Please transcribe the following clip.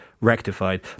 Rectified